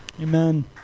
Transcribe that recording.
Amen